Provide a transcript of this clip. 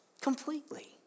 completely